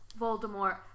Voldemort